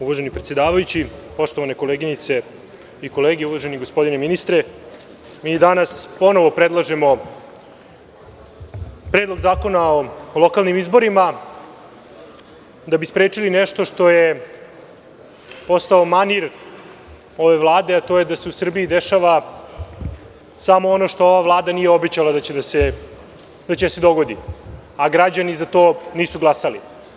Uvaženi predsedavajući, poštovane koleginice i kolege, uvaženi gospodine ministre, mi danas ponovo predlažemo Predlog zakona o lokalnim izborima da bi sprečili nešto što je postao manir ove Vlade, a to je da se u Srbiji dešava samo ono što ova vlada nije obećala da će da se dogodi, a građani za to nisu glasali.